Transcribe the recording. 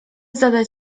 zadać